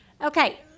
Okay